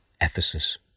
Ephesus